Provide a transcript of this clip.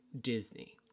Disney